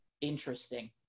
interesting